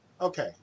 okay